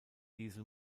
diesel